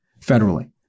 federally